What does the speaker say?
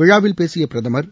விழாவில் பேசிய பிரதமர்